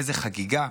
איזו חגיגה,